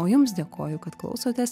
o jums dėkoju kad klausotės